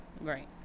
right